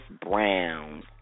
Brown